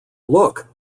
look